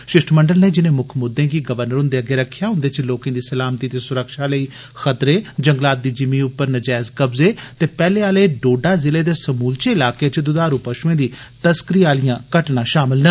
षिश्टमंडल नै जिनें मुक्ख मुद्दे गी गवर्नर हुन्दे अग्गै रक्खेआ उन्दे च लोकें दी सलामती ते सुरक्षा लेई खतरे जंगलात दी जिमीं उप्पर नेजैज कब्जे र्ते पेहले आले डोडा जिले दे समुलचे इलाके च दुधारू पषुऐं दी तस्करी आलियां घटनां षामल न